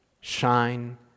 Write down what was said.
shine